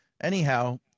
anyhow